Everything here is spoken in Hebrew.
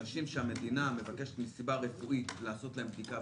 אנשים שהמדינה מבקשת מסיבה רפואית לעשות להם בדיקה,